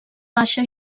baixa